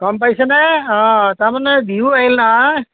গম পাইছা নে অঁ তাৰমানে বিহু আহিল নহয়